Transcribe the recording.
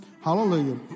Hallelujah